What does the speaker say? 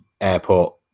airport